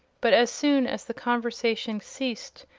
but as soon as the conversation ceased,